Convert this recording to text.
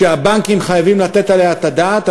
שהבנקים חייבים לתת עליה את הדעת.